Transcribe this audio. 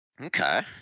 Okay